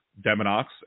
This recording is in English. Deminox